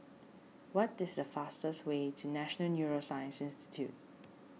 what is the fastest way to National Neuroscience Institute